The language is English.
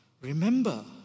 Remember